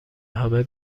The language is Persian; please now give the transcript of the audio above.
همه